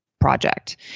project